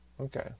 okay